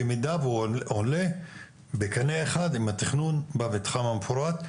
במידה והוא עולה בקנה אחד עם התכנון במתחם המפורט.